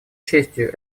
честью